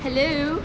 hello